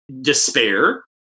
despair